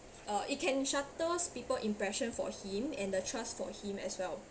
uh it can shatters people impression for him and the trust for him as well